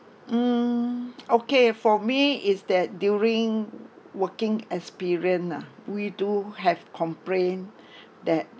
mm okay for me is that during working experience nah we do have complained that